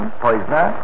poisoner